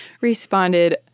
responded